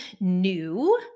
new